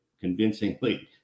convincingly